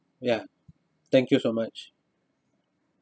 ya thank you so much